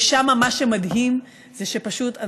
ושם, מה שמדהים זה שפשוט האנשים,